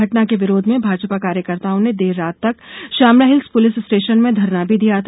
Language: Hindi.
घटना के विरोध में भाजपा कार्यकर्ताओं ने देर रात तक श्यामला हिल्स पुलिस स्टेशन में धरना भी दिया था